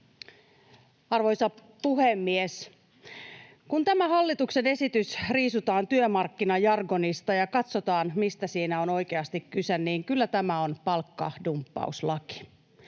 Arvoisa puhemies! Kun tämä hallituksen esitys riisutaan työmarkkinajargonista ja katsotaan, mistä siinä on oikeasti kyse, niin kyllä tämä on palkkadumppauslaki.